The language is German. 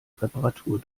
reparatur